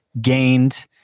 gained